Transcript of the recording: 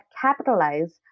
capitalize